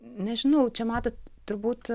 nežinau čia matot turbūt